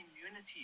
immunity